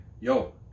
Yo